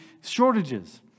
shortages